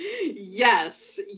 Yes